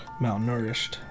malnourished